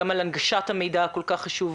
גם על הנגשת המידע הכול כך חשוב,